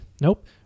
Nope